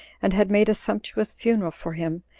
and had made a sumptuous funeral for him,